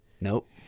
Nope